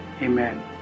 Amen